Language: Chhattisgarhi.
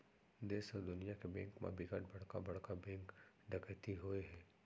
देस अउ दुनिया के बेंक म बिकट बड़का बड़का बेंक डकैती होए हे